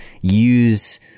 use